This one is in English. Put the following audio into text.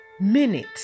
minute